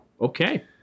Okay